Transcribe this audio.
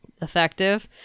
effective